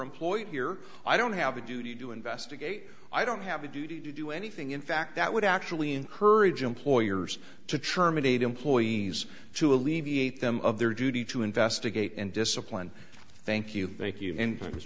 employed here i don't have a duty to investigate i don't have a duty to do anything in fact that would actually encourage employers to churman eight employees to alleviate them of their duty to investigate and discipline thank you thank you in his w